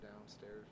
downstairs